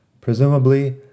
Presumably